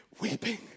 Weeping